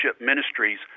ministries